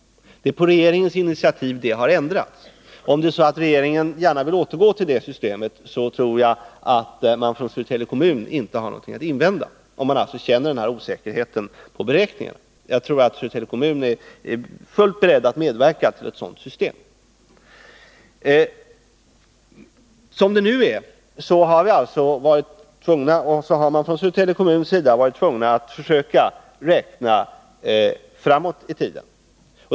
Det är på regeringens initiativ det har ändrats. Men om regeringen känner osäkerhet vid beräkningen och gärna vill återgå till det systemet tror jag att Södertälje kommun inte har något att invända. Jag tror att Södertälje kommun är fullt beredd att medverka till ett sådant system. Som det nu är har vi i Södertälje kommun varit tvungna att försöka räkna framåt itiden.